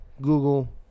Google